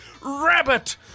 Rabbit